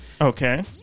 Okay